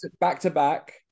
back-to-back